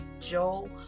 Joel